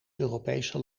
europese